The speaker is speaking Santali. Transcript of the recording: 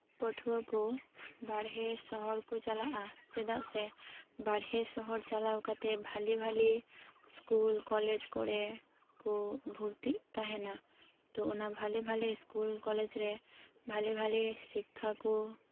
ᱯᱟᱹᱴᱷᱣᱟᱹᱠᱚ ᱵᱟᱦᱨᱮ ᱥᱚᱦᱚᱨ ᱠᱚ ᱪᱟᱞᱟᱜᱼᱟ ᱪᱮᱫᱟᱜ ᱥᱮ ᱵᱟᱦᱨᱮ ᱥᱚᱦᱚᱨ ᱪᱟᱞᱟᱣ ᱠᱟᱛᱮᱫ ᱵᱷᱟᱜᱮᱹ ᱵᱷᱟᱜᱮᱹ ᱥᱠᱩᱞ ᱠᱚᱞᱮᱡᱽ ᱠᱚᱨᱮ ᱠᱚ ᱵᱷᱩᱨᱛᱤᱜ ᱛᱟᱦᱮᱱᱟ ᱛᱚ ᱚᱱᱟ ᱵᱷᱟᱜᱮᱹ ᱵᱷᱟᱜᱮᱹ ᱥᱠᱩᱞ ᱠᱚᱞᱮᱡᱽ ᱨᱮ ᱵᱷᱟᱜᱮᱹ ᱵᱷᱟᱜᱮᱹ ᱥᱤᱠᱠᱷᱟ ᱠᱚ